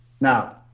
Now